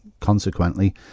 Consequently